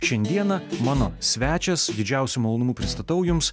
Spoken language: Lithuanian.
šiandieną mano svečias su didžiausiu malonumu pristatau jums